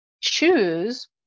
choose